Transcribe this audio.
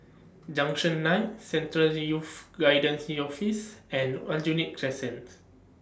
Junction nine Central Youth Guidance Office and Aljunied Crescent